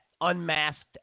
unmasked